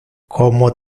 como